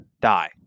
die